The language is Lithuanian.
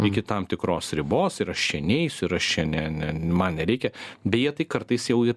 iki tam tikros ribos ir aš čia neisiu ir aš čia ne ne man nereikia beje tai kartais jau